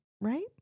right